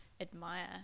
admire